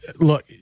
look